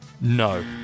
No